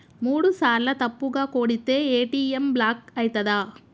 మూడుసార్ల తప్పుగా కొడితే ఏ.టి.ఎమ్ బ్లాక్ ఐతదా?